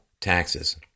taxes